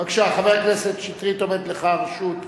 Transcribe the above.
בבקשה, חבר הכנסת שטרית, עומדת לך הרשות.